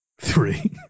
three